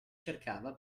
cercava